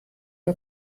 nur